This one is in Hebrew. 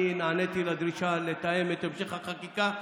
אני נעניתי לדרישה לתאם את המשך החקיקה,